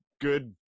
good